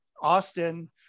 austin